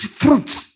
fruits